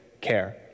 care